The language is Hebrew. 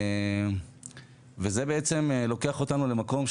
וזה לוקח אותנו למקום,